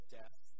death